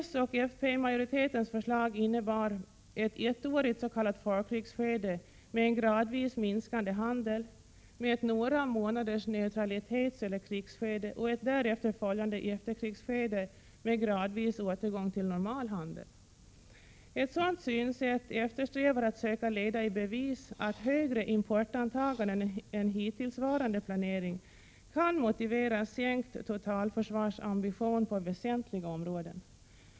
S och fp-majoritetens förslag innebar ett ettårigt s.k. förkrigsskede med en gradvis minskande handel, med ett några månaders neutralitetseller krigsskede och ett därefter följande efterkrigsskede med successiv återgång till normal handel. Ett sådant synsätt eftersträvar att söka leda i bevis att högre importantaganden än hittillsvarande planering kan motivera sänkt totalförsvarsambition på väsentliga områden.